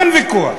אין ויכוח.